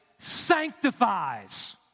sanctifies